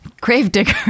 Gravedigger